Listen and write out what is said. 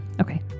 Okay